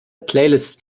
playlists